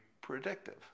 predictive